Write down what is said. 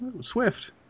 Swift